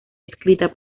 escrita